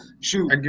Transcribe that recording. Shoot